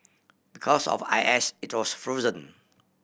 because of I S it was frozen